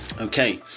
okay